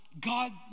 God